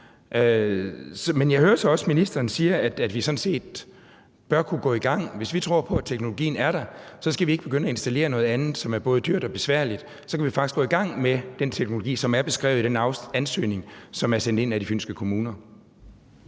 Men jeg hører så også ministeren sige, at vi sådan set bør kunne gå i gang. Hvis vi tror på, at teknologien er der, skal vi ikke begynde at installere noget andet, som er både dyrt og besværligt; så kan vi faktisk gå i gang med den teknologi, som er beskrevet i den ansøgning, som er sendt ind af de fynske kommuner.